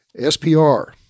SPR